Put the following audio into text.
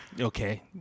okay